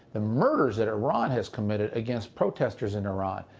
the murders that iran has committed against protesters in iran.